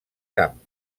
camp